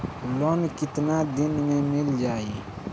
Loan कितना दिन में मिल जाई?